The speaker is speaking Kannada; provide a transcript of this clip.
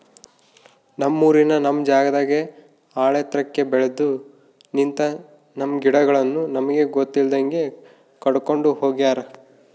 ನಮ್ಮೂರಿನ ನಮ್ ಜಾಗದಾಗ ಆಳೆತ್ರಕ್ಕೆ ಬೆಲ್ದು ನಿಂತ, ನಮ್ಮ ಗಿಡಗಳನ್ನು ನಮಗೆ ಗೊತ್ತಿಲ್ದಂಗೆ ಕಡ್ಕೊಂಡ್ ಹೋಗ್ಯಾರ